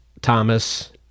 Thomas